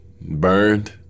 burned